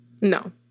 No